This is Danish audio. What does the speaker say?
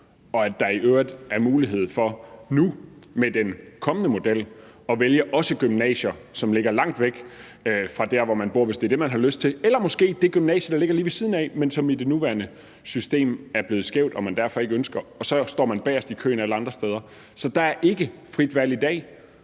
og når der i øvrigt er mulighed for nu med den kommende model at vælge også gymnasier, som ligger langt væk fra der, hvor man bor, hvis det er det, man har lyst til, eller måske det gymnasium, der ligger lige ved siden af, men som i det nuværende system er blevet skævt, og som man derfor ikke ønsker, og så står man bagerst i køen alle andre steder. Så der er ikke frit valg i dag,